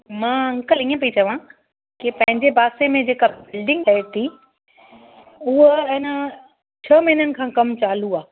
मां अंकल ईअं पई चवां की पंहिंजे पासे में जेका बिल्डिंग ठहे थी उहा ए न छह महीननि खां कमु चालू आहे